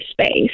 space